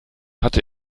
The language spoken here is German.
hatte